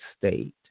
state